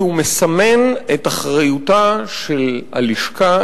כי הוא מסמן את אחריותה של הלשכה,